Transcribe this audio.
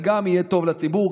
וגם יהיה טוב לציבור,